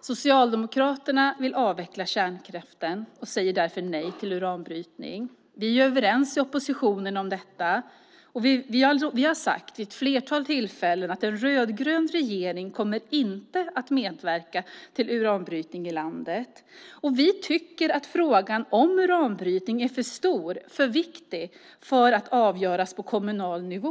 Socialdemokraterna vill avveckla kärnkraften och säger därför nej till uranbrytning. Vi är överens om detta i oppositionen. Vi har vid ett flertal tillfällen sagt att en rödgrön regering inte kommer att medverka till uranbrytning i landet. Vi tycker att frågan om uranbrytning är för stor och för viktig för att avgöras på kommunal nivå.